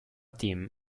team